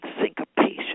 syncopation